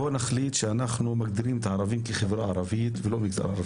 בואו נחליט שאנחנו מגדירים את הערבים כחברה ערבית ולא מגזר ערבית,